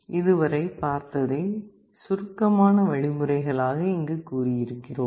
இதுவரை பார்த்ததை சுருக்கம் ஆன வழிமுறைகளாக இங்கு கூறியிருக்கிறோம்